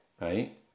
Right